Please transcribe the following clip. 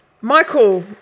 Michael